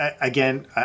again